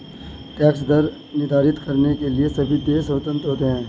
tax दर निर्धारित करने के लिए सभी देश स्वतंत्र होते है